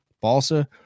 balsa